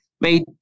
made